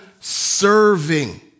serving